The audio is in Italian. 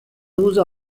uso